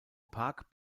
park